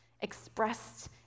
expressed